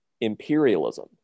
Imperialism